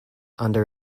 under